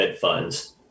funds